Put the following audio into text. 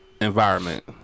environment